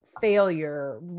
failure